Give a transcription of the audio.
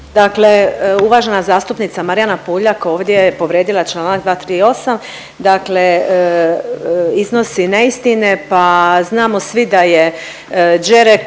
Dakle, uvažena zastupnica Marijana Puljak ovdje je povrijedila čl. 238. dakle iznosi neistine. Pa znamo da je svi da je Đerek